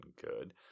good